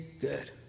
good